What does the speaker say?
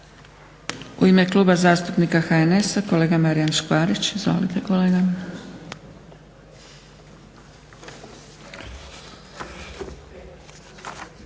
U ime Kluba zastupnika HDSSB-a, kolega Boro Grubišić. Izvolite kolega.